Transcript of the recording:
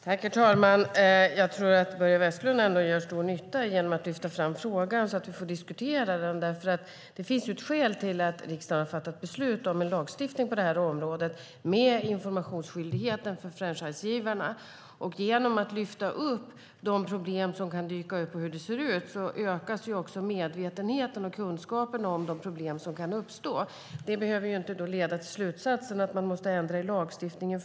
Herr talman! Jag tror att Börje Vestlund gör stor nytta genom att lyfta fram frågan så att vi får diskutera den. Det finns ett skäl till att riksdagen har fattat beslut om en lagstiftning på detta område, med informationsskyldighet för franchisegivarna. Genom att lyfta fram de problem som kan dyka upp ökar medvetenheten och kunskapen om dessa problem. Det behöver inte leda till slutsatsen att man måste ändra i lagstiftningen.